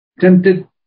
Tempted